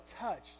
touched